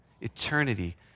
Eternity